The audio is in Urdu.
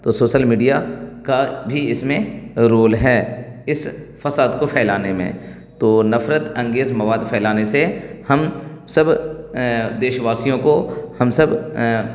تو سوسل میڈیا کا بھی اس میں رول ہے اس فساد کو پھیلانے میں تو نفرت انگیز مواد پھیلانے سے ہم سب دیش واسیوں کو ہم سب